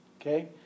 okay